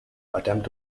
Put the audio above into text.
attempt